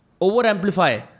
over-amplify